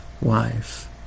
wife